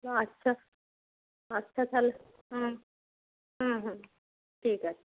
ও আচ্ছা আচ্ছা তাহলে হুম হুম হুম ঠিক আছে